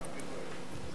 תעביר לו את עיקר הדברים.